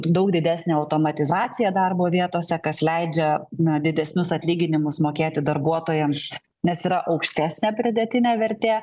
daug didesnė automatizacija darbo vietose kas leidžia na didesnius atlyginimus mokėti darbuotojams nes yra aukštesnė pridėtinė vertė